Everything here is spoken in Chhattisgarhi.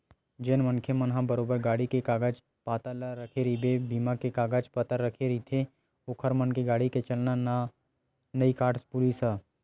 जेन मनखे मन ह बरोबर गाड़ी के कागज पतर ला रखे रहिथे बीमा के कागज पतर रखे रहिथे ओखर मन के गाड़ी के चलान ला नइ काटय पुलिस ह